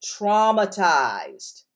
traumatized